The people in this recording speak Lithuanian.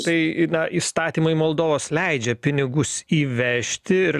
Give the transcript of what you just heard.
tai na įstatymai moldovos leidžia pinigus įvežti ir